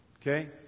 Okay